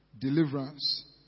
deliverance